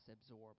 absorb